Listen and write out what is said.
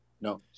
No